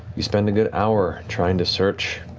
you spend a good hour trying to search